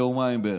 ליומיים בערך?